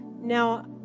now